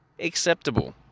acceptable